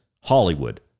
Hollywood